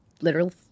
literal